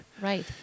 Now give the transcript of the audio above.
right